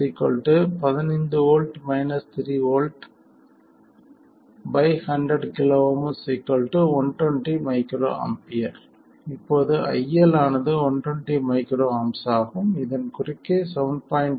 IL 100 KΩ 120 µA இப்போது IL ஆனது 120 µA ஆகும் இதன் குறுக்கே 7